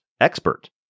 expert